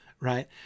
right